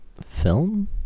film